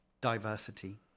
diversity